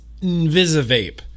Invisivape